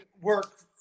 work